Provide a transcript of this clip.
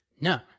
No